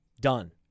done